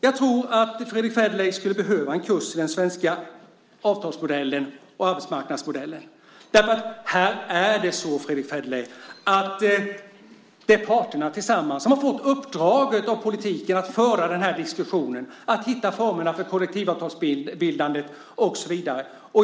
Jag tror att Fredrick Federley skulle behöva en kurs i den svenska avtalsmodellen och arbetsmarknadsmodellen, för här är det parterna tillsammans som har fått uppdraget av politiken att föra diskussionen. De ska hitta formerna för kollektivavtalsbildandet och så vidare.